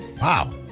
Wow